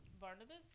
Barnabas